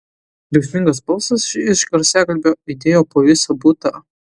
griausmingas balsas iš garsiakalbio aidėjo po visą butą